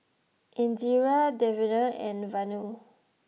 Indira Davinder and Vanu